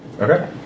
Okay